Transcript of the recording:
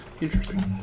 Interesting